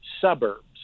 suburbs